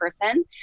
person